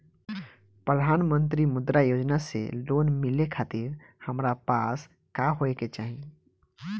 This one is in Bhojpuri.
प्रधानमंत्री मुद्रा योजना से लोन मिलोए खातिर हमरा पास का होए के चाही?